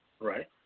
right